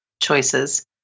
choices